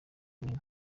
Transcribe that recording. runini